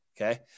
okay